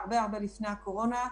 הרבה-הרבה לפני הקורונה,